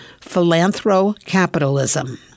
Philanthrocapitalism